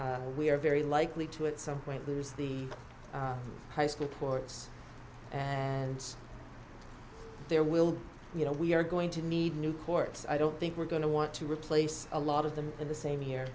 s we are very likely to at some point lose the high school ports and there will be you know we are going to need new courts i don't think we're going to want to replace a lot of them in the same here